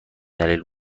دلیل